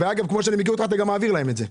אגב, כמו שאני מכיר אותך, אתה גם מעביר להם את זה.